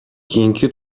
кийинки